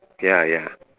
ya ya